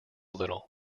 little